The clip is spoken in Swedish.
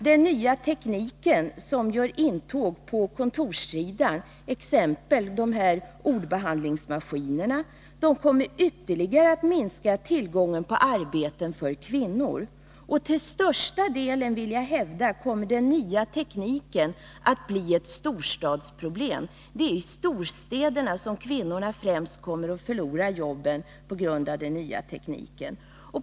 Den nya teknik som gör intåg på kontorssidan, t.ex. i form av ordbehandlingsmaskiner, kommer ytterligare att minska tillgången på arbeten för kvinnor. Jag vill hävda att den nya tekniken till största delen kommer att bli ett storstadsproblem. Det är i storstäderna som kvinnorna främst kommer att förlora jobben på grund av den nya tekniken.